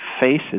faces